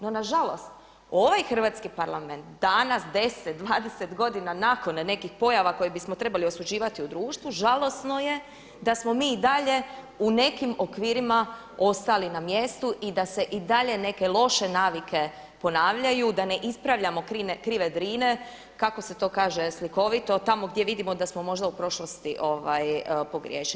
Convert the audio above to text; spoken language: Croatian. No nažalost, ovaj hrvatski Parlament danas 10, 20 godina nakon nekih pojava koje bismo trebali osuđivati u društvu žalosno je da smo mi i dalje u nekim okvirima ostali na mjestu i da se i dalje neke loše navike ponavljaju, da ne ispravljamo krive Drine kako se to kaže slikovito, tamo gdje vidimo da smo možda u prošlosti pogriješili.